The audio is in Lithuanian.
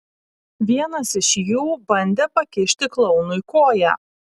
vienas iš jų bandė pakišti klounui koją